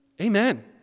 Amen